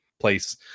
place